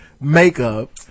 makeup